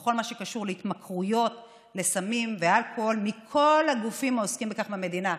בכל מה שקשור להתמכרויות לסמים ואלכוהול מכל הגופים העוסקים בכך במדינה.